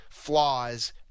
Flaws